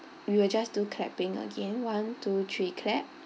we will just do clapping again one two three clap